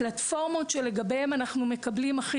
הפלטפורמות שלגביהן אנחנו מקבלים הכי